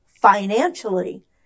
financially